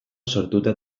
sortuta